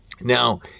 Now